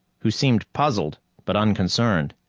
who seemed puzzled but unconcerned.